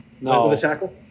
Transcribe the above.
no